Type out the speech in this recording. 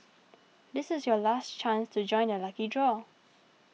this is your last chance to join the lucky draw